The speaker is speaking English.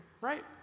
right